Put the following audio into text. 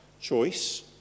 choice